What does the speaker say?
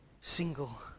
single